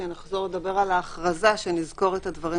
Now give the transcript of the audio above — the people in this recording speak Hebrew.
כשנחזור לדבר על ההכרזה שנזכור את הדברים